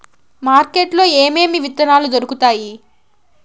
market లో ఏమేమి విత్తనాలు దొరుకుతాయి